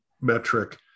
metric